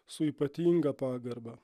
su ypatinga pagarba